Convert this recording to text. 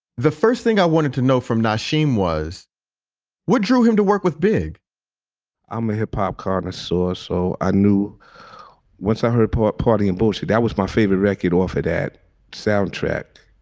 the first thing i wanted to know from nosheen was what drew him to work with big i'm a hip hop cartoonist source, so i knew once i heard part party and bullshit. that was my favorite record of it at soundtracked,